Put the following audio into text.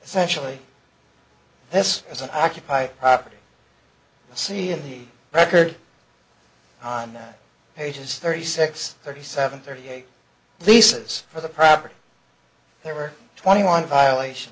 especially this as an occupy property c and the record on that page is thirty six thirty seven thirty eight leases for the property there were twenty one violation